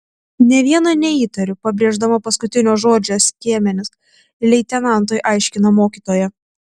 nė vieno neįtariu pabrėždama paskutinio žodžio skiemenis leitenantui aiškina mokytoja